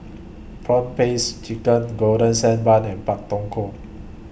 Prawn Paste Chicken Golden Sand Bun and Pak Thong Ko